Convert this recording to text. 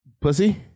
pussy